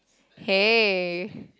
hey